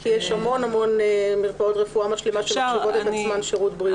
כי יש המון מרפאות רפואה משלימה שמחשיבות את עצמן לשירות בריאות.